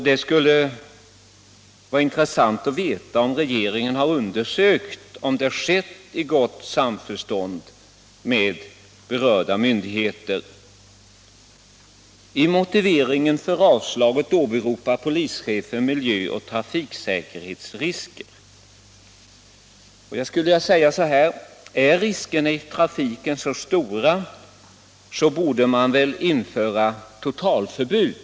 Det skulle vara intressant att veta om regeringen har undersökt om arbetet skett i gott samförstånd med berörda myndigheter. I motiveringen för avslaget åberopar polischefen miljöoch trafiksäkerhetsrisker. Är riskerna i trafiken så stora borde man väl införa totalförbud.